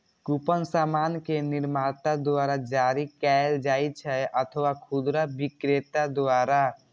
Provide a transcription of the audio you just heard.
coupon सामान के निर्माता द्वारा जारी कैल जाइ छै अथवा खुदरा बिक्रेता द्वारा